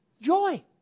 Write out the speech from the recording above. Joy